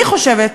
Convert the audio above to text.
אני חושבת